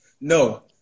No